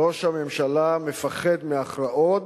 ראש הממשלה מפחד מהכרעות,